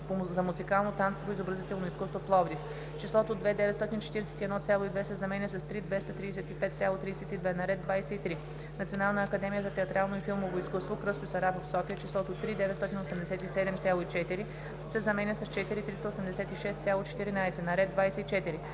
за музикално, танцово и изобразително изкуство – Пловдив, числото „2 941,2“ се заменя с „3 235,32“. - на ред 23. Национална академия за театрално и филмово изкуство „Кръстьо Сарафов“ – София, числото „3 987,4“ се заменя с „4 386,14“. - на ред 24.